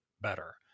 better